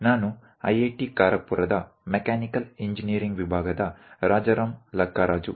ನಾನು IIT ಖರಗ್ಪುರದ mechanical engineering ವಿಭಾಗದ ರಾಜರಾಮ್ ಲಕ್ಕರಾಜು